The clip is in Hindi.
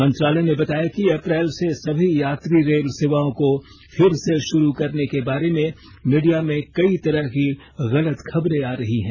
मंत्रालय ने बताया कि अप्रैल से सभी यात्री रेल सेवाओं को फिर से शुरू करने के बारे में मीडिया में कई तरह की गलत खबरें आ रही हैं